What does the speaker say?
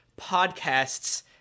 podcasts